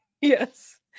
Yes